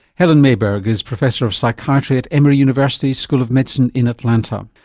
helen mayberg is professor of psychiatry at emory university school of medicine in atlanta.